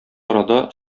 арада